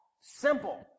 simple